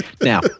now